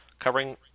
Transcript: Covering